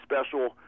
special